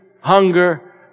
hunger